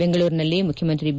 ಬೆಂಗಳೂರಿನಲ್ಲಿ ಮುಖ್ಯಮಂತ್ರಿ ಬಿ